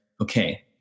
Okay